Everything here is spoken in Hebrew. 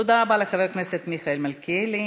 תודה רבה לחבר הכנסת מיכאל מלכיאלי.